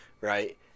right